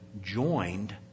joined